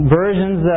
versions